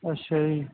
ਅੱਛਾ ਜੀ